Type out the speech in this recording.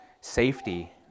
safety